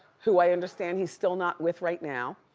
who i understand he's still not with right now,